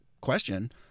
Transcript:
question